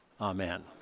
Amen